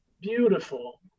beautiful